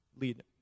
lead